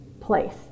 place